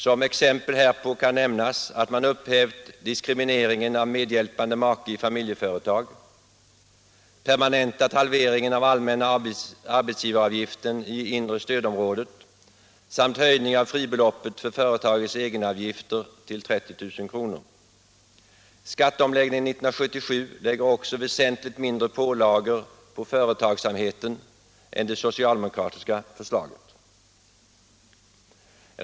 Som exempel härpå kan nämnas att man upphävt diskrimineringen av medhjälpande make i familjeföretag, permanentat halveringen av den allmänna arbetsgivaravgiften i inre stödområdet samt höjt fribeloppet för företagarnas egenavgifter till 30 000 kr. Skatteomläggningen 1977 lägger också väsentligt mindre pålagor på företagsamheten än det socialdemokratiska förslaget.